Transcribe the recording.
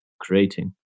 creating